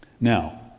Now